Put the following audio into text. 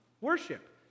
worship